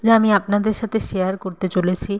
যা আমি আপনাদের সাথে শেয়ার করতে চলেছি